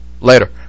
later